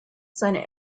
seine